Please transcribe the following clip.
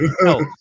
No